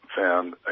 found